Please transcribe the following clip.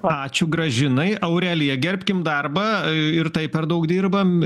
ačiū gražinai aurelija gerbkim darbą ir taip per daug dirbam